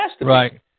right